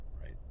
right